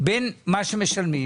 בין מה שמשלמים